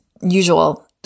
usual